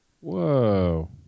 Whoa